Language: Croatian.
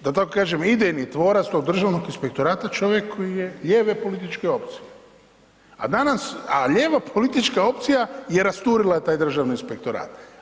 da tako kažem idejni tvorac tog Državnog inspektora čovjek koji je lijeve političke opcije, a danas, a lijeva politička opcija je rasturila taj Državni inspektorat.